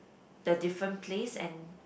the different place and